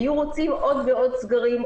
היו רוצים עוד ועוד סגרים,